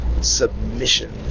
submission